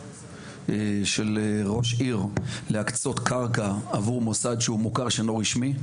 של ראש עיר להקצות קרקע עבור מוסד שהוא מוכר שאינו רשמי,